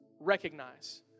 recognize